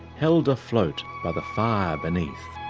held afloat by the fire beneath.